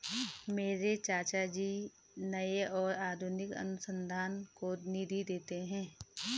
मेरे चाचा जी नए और आधुनिक अनुसंधान को निधि देते हैं